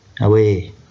Away